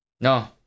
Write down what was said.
No